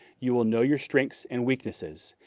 you will know your strengths and weaknesses,